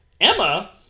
Emma